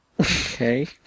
Okay